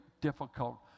difficult